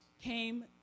came